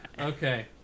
Okay